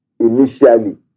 initially